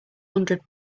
hundred